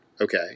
Okay